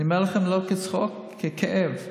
אני אומר לכם לא בצחוק, בכאב,